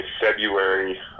February